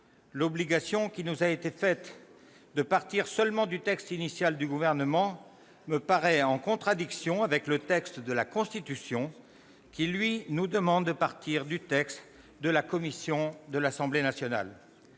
L'obligation qui nous a été faite de ne partir que du texte initial du Gouvernement me paraît en contradiction avec la lettre de la Constitution, qui nous demande de partir du texte de la commission de l'Assemblée nationale.